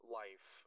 life